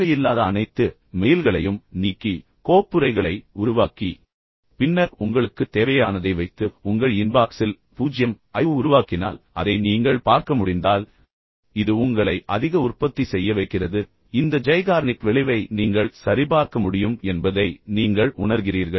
தேவையில்லாத அனைத்து மெயில்களையும் நீக்கி கோப்புறைகளை உருவாக்கி பின்னர் உங்களுக்குத் தேவையானதை வைத்து உங்கள் இன்பாக்ஸில் 0 ஐ உருவாக்கினால் அதை நீங்கள் பார்க்க முடிந்தால் எனவே இது உண்மையில் உங்களை அதிக உற்பத்தி செய்ய வைக்கிறது மேலும் இந்த ஜைகார்னிக் விளைவை நீங்கள் சரிபார்க்க முடியும் என்பதை நீங்கள் உணர்கிறீர்கள்